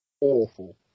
awful